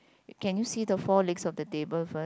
can you see the four legs of the table first